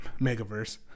Megaverse